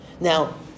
Now